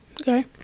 okay